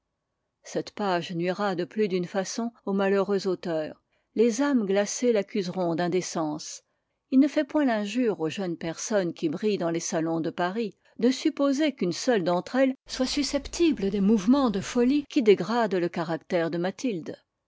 cette page nuira de plus d'une façon au malheureux auteur les âmes glacées l'accuseront d'indécence il ne fait point l'injure aux jeunes personnes qui brillent dans les salons de paris de supposer qu'une seule d'entre elles soit susceptible des mouvements de folie qui dégradent le caractère de mathilde